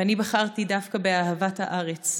ואני בחרתי דווקא באהבת הארץ.